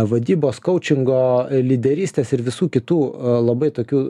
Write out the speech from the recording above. vadybos koučingo lyderystės ir visų kitų a labai tokių